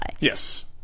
Yes